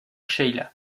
sheila